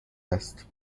است